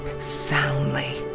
soundly